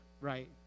right